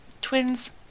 twins